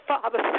Father